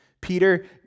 Peter